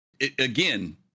again